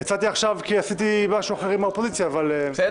יצאתי עכשיו כי עשיתי משהו עם האופוזיציה אבל אני מתנצל.